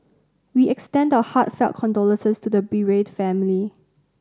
we extend that our heartfelt condolences to the bereaved family